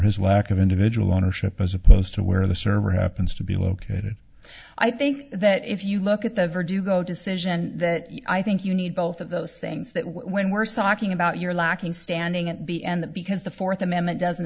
his lack of individual ownership as opposed to where the server happens to be located i think that if you look at the verdugo decision that i think you need both of those things that when worst talking about your lacking standing at the end because the fourth amendment doesn't